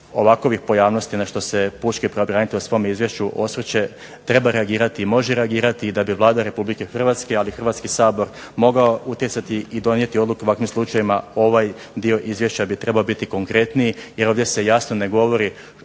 ovakovih pojavnosti na što se pučki pravobranitelj u svome izvješću osvrće treba reagirati i može reagirati i da bi Vlada Republike Hrvatske, ali i Hrvatski sabor mogao utjecati i donijeti odluke u ovakvim slučajevima. Ovaj dio izvješća bi trebao biti konkretniji jer ovdje se jasno ne govori